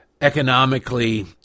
economically